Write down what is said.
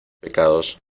pecados